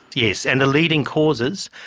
yes, and the leading causes,